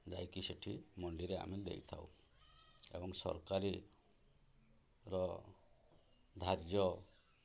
ଯାଇକି ସେଠି ମଣ୍ଡିରେ ଆମେ ଦେଇଥାଉ ଏବଂ ସରକାରୀର ଧାର୍ଯ୍ୟ